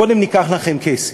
קודם ניקח לכם כסף.